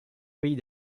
pays